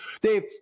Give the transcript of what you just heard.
Dave